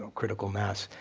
critical mass,